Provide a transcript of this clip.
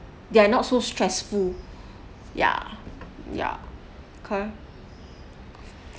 they're not so stressful yeah yeah cor~